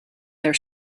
their